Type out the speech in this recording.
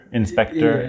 inspector